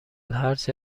هرچه